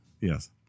Yes